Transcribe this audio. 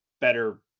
better